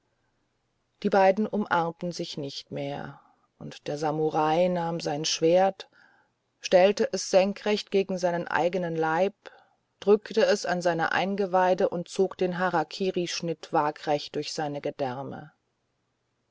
die beiden umarmten sich nicht mehr und der samurai nahm sein schwert stellte es senkrecht gegen seinen eigenen leib drückte es an seine eingeweide und zog den harakirischnitt waagrecht durch seine gedärme